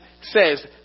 says